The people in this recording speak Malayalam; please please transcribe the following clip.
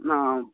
ആ